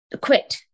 quit